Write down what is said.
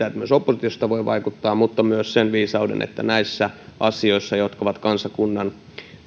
että myös oppositiosta voi vaikuttaa mutta myös sen viisauden että näissä asioissa jotka ovat kansakunnan